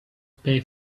pay